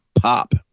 pop